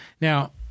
Now